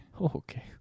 Okay